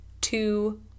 two